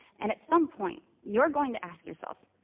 and, at some point, you're going to ask yourself,